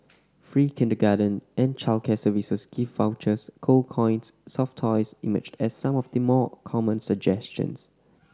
free kindergarten and childcare services gift vouchers gold coins and soft toys emerged as some of the more common suggestions